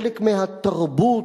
חלק מהתרבות